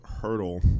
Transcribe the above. hurdle